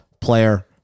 player